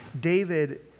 David